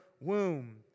womb